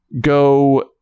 go